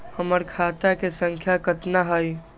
हमर खाता के सांख्या कतना हई?